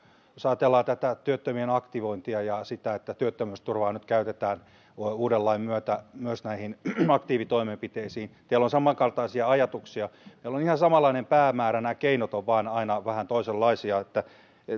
jos ajatellaan tätä työttömien aktivointia ja sitä että työttömyysturvaa nyt käytetään uuden lain myötä myös näihin aktiivitoimenpiteisiin teillä on samankaltaisia ajatuksia meillä on ihan samanlainen päämäärä nämä keinot ovat vain aina vähän toisenlaisia